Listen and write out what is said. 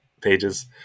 pages